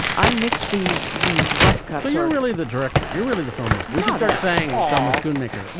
i mix the. the rough cut. you're really the director. you're really the filmmaker. we just aren't saying almost gunmaker.